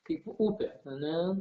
kaip upė ane